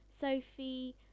Sophie